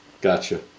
Gotcha